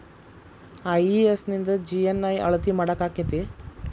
IES ನಿಂದ GNI ಅಳತಿ ಮಾಡಾಕಕ್ಕೆತಿ?